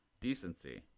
decency